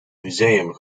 museum